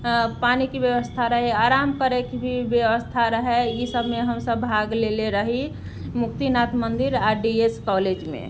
पानिके व्यवस्था रहै आराम करयके भी व्यवस्था रहै ईसभमे हमसभ भाग लेने रही मुक्तिनाथ मन्दिर आर डी एस कॉलेजमे